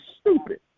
stupid